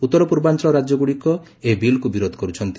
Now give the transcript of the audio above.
ଉତ୍ତର ପୂର୍ବାଞ୍ଚଳ ରାଜ୍ୟଗୁଡ଼ିକ ଏହି ବିଲ୍କୁ ବିରୋଧ କରୁଛନ୍ତି